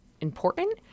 important